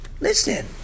Listen